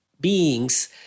beings